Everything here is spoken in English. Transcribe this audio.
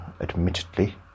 admittedly